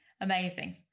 amazing